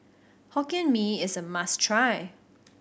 Hokkien Mee is a must try